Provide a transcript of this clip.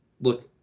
look